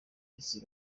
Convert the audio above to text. minsi